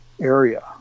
area